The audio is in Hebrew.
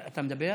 אתה מדבר?